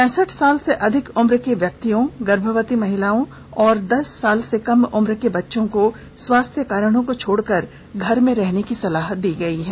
पैंसठ साल से अधिक उर्म् के व्यक्तियों गर्भवती महिलाओं और दस साल से कम उम्र के बच्चों को स्वास्थ्य कारणों को छोड़कर घर में रहने की सलाह दी गई है